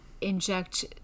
inject